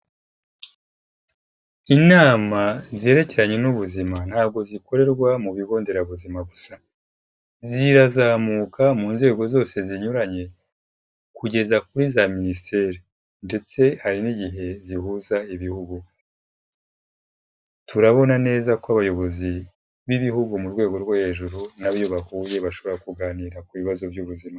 Inama zerekeranye n'ubuzima ntabwo zikorerwa mu bigo nderabuzima gusa, zirazamuka mu nzego zose zinyuranye, kugeza kuri za minisiteri, ndetse hari n'igihe zihuza ibihugu, turabona neza ko abayobozi b'ibihugu mu rwego rwo hejuru nabo iyo bahuye bashobora kuganira ku bibazo by'ubuzima.